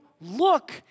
look